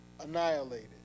annihilated